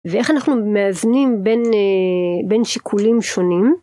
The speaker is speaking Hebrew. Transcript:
ואיך אנחנו מאזנים בין שיקולים שונים.